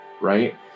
Right